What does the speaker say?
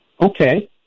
okay